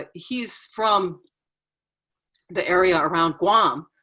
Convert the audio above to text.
ah he's from the area around guam.